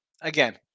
Again